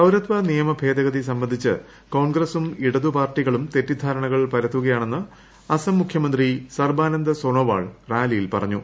പൌരത്വ നിയമ ഭേദഗതി സംബന്ധിച്ച് കോൺഗ്രസും ഇടതു പാർട്ടികളും തെറ്റിദ്ധാരണകൾ പരത്തുകയാണെന്ന് അസം മുഖ്യമന്ത്രി സർബാനന്ദ് സോനോവാൾ റാലിയിൽ പറഞ്ഞു